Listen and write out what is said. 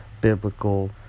biblical